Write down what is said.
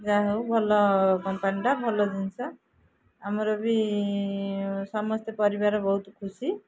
ଯାହା ହଉ ଭଲ କମ୍ପାନୀଟା ଭଲ ଜିନିଷ ଆମର ବି ସମସ୍ତେ ପରିବାର ବହୁତ ଖୁସି